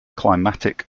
climatic